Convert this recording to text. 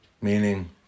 meaning